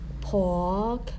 pork